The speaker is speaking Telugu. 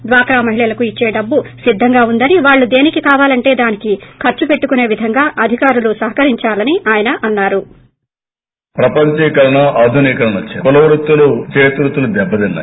డ్పాక్రా మహిళలకు ఇచ్చే డబ్బు సిద్దంగా ఉందని వాళ్లు దేనికి కావాలంటే దానికి ఖర్సుపెట్టుకునేవిధంగా అధికారులు సహకరించాలని ఆయన అన్నారు